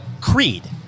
Creed